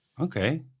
Okay